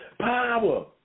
Power